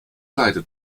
leide